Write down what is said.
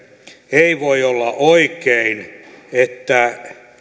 ei voi olla oikein että